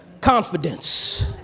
confidence